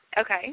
Okay